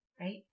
Right